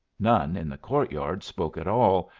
none in the court-yard spoke at all,